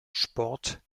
sport